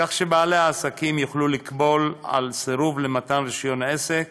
כך שבעלי העסקים יוכלו לקבול על סירוב למתן רישיון עסק